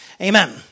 Amen